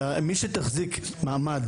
מי שתחזיק מעמד,